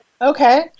Okay